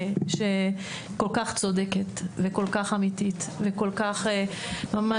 שכל כך צודקת וכל כך אמיתית וכל כך ממש,